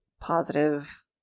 positive